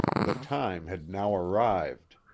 the time had now arrived.